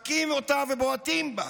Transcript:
מכים אותה ובועטים בה.